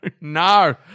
no